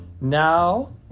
Now